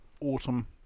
Autumn